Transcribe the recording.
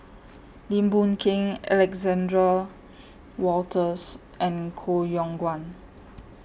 Lim Boon Keng Alexander Wolters and Koh Yong Guan